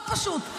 מאוד פשוט.